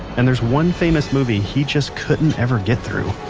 and there's one famous movie he just couldn't ever get through